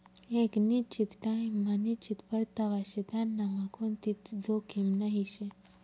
एक निश्चित टाइम मा निश्चित परतावा शे त्यांनामा कोणतीच जोखीम नही शे